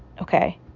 okay